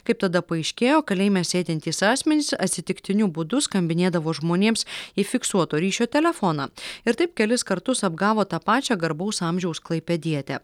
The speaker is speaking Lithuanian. kaip tada paaiškėjo kalėjime sėdintys asmenys atsitiktiniu būdu skambinėdavo žmonėms į fiksuoto ryšio telefoną ir taip kelis kartus apgavo tą pačią garbaus amžiaus klaipėdietę